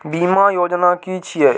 बीमा योजना कि छिऐ?